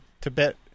Tibet